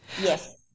Yes